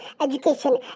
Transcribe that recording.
education